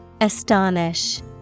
astonish